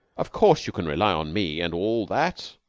of course you can rely on me, and all that.